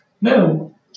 no